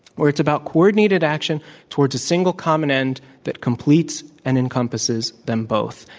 where it's about coordinated action towards a single, common end that completes and encompasses them both.